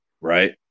Right